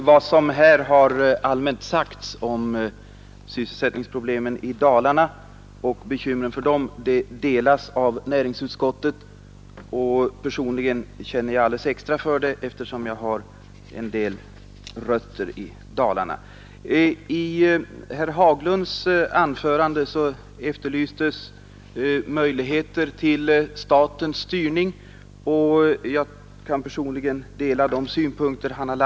Fru talman! Vad som här allmänt har sagts om sysselsättningsproblemen i Dalarna och bekymren för dem delas av näringsutskottet. Personligen känner jag alldeles extra för detta, eftersom jag har en del rötter i Dalarna. I herr Hagbergs anförande efterlystes möjligheter till statens styrning. Jag kan personligen dela de synpunkter han hade.